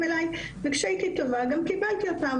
אלי וכשהייתי טובה גם קיבלתי אותן,